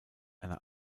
einer